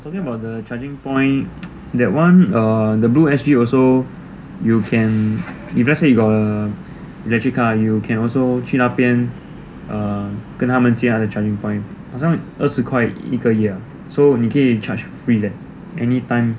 talking about the charging point you can if let's say you got a electric car ah you can also 去那边 um 跟他们借他的 charging point as long 二十块一个月啦 so 你可以 charge free 的 anytime